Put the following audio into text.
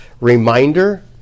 reminder